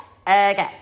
okay